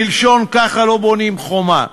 מלשון ככה לא בונים חומה.